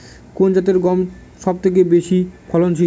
কোন জাতের গম সবথেকে বেশি ফলনশীল?